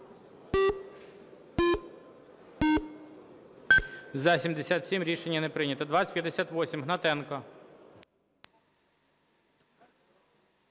За-77 Рішення не прийнято. 2058, Гнатенко.